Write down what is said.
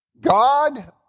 God